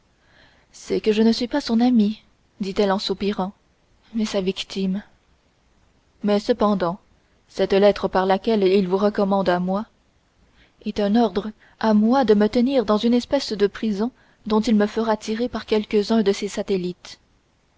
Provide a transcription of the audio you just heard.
c'est que je ne suis pas son amie dit-elle en soupirant mais sa victime mais cependant cette lettre par laquelle il vous recommande à moi est un ordre à moi de me tenir dans une espèce de prison dont il me fera tirer par quelques-uns de ses satellites